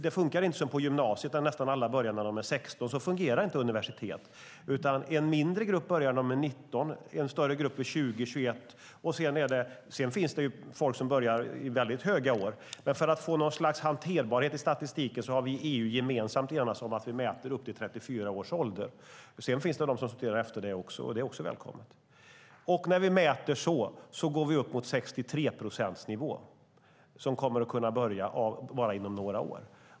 Det funkar inte som på gymnasiet, där nästan alla börjar när de är 16 år. Så fungerar inte universitet. En mindre grupp börjar när de är 19 år. En större grupp börjar vid 20-21 års ålder. Sedan finns det folk som börjar i väldigt höga år, men för att få en hanterbar statistik har vi i EU gemensamt enats om att vi mäter upp till 34 års ålder. Sedan finns det de som studerar efter det också, och det är också välkommet. När vi mäter på det sättet kommer vi inom bara några år upp mot en nivå där 63 procent kommer att kunna börja studera.